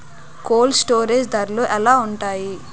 Cold storage ధరలు ఎలా ఉంటాయి?